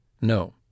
No